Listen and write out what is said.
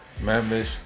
members